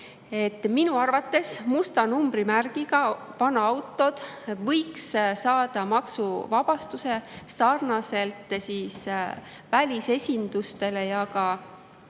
Minu arvates musta numbrimärgiga vanad autod võiks saada maksuvabastuse nagu välisesinduste ja ka